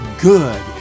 good